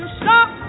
stop